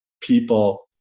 people